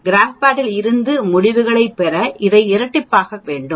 graph பேடில் இருந்து முடிவுகளைப் பெற இதை இரட்டிப்பாக்க வேண்டும்